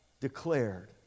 declared